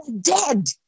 dead